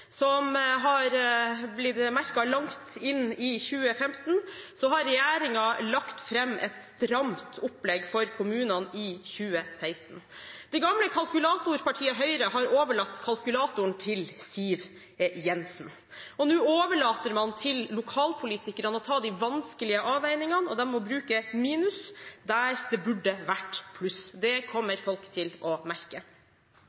som man har merket langt inn i 2015, har regjeringen lagt fram et stramt opplegg for kommunene i 2016. Det gamle kalkulatorpartiet, Høyre, har overlatt kalkulatoren til Siv Jensen. Nå overlater man til lokalpolitikerne å ta de vanskelige avveiningene, og de må bruke minus der det burde vært pluss. Det kommer folk til å merke.